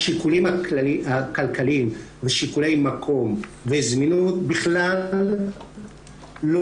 השיקולים הכלכליים ושיקולי מקום וזמינות בכלל לא